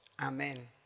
Amen